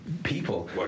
People